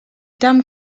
termes